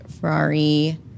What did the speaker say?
Ferrari